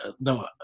no